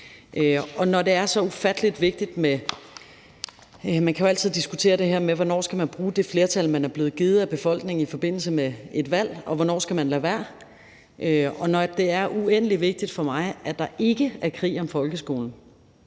Det er så ufattelig vigtigt med respekt. Man kan altid diskutere det her med, hvornår man skal bruge det flertal, man er blevet givet af befolkningen i forbindelse med et valg, og hvornår man skal lade være. Og når det er uendelig vigtigt for mig, at der ikke er krig om folkeskolen,